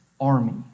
army